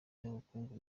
n’ubukungu